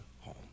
home